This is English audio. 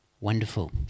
Wonderful